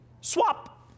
swap